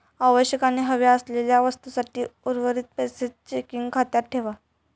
आवश्यक आणि हव्या असलेल्या वस्तूंसाठी उर्वरीत पैशे चेकिंग खात्यात ठेवा